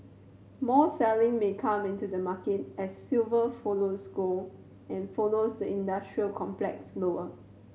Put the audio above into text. more selling may come into the market as silver follows gold and follows the industrial complex lower